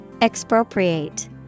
Expropriate